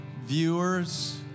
viewers